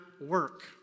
work